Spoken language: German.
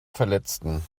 verletzten